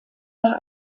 der